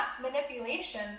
manipulation